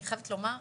אני חייבת לומר,